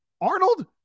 Arnold